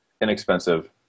inexpensive